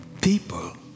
people